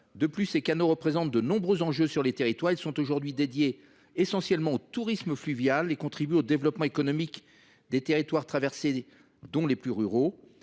invasives. Ces canaux représentent des enjeux importants sur les territoires. Ils sont aujourd’hui consacrés essentiellement au tourisme fluvial et contribuent au développement économique des territoires traversés, dont les plus ruraux.